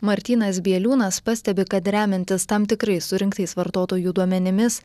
martynas bieliūnas pastebi kad remiantis tam tikrais surinktais vartotojų duomenimis